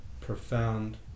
profound